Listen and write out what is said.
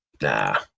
Nah